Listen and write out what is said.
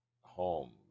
home